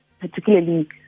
particularly